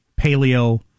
paleo